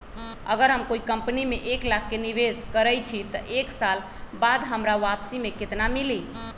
अगर हम कोई कंपनी में एक लाख के निवेस करईछी त एक साल बाद हमरा वापसी में केतना मिली?